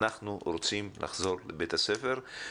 אנחנו רוצים לחזור לבית הספר.